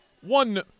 one